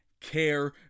Care